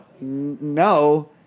No